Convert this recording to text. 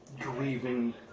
grieving